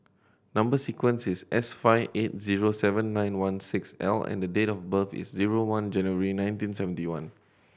number sequence is S five eight zero seven nine one six L and date of birth is zero one January nineteen seventy one